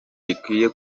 rikwiye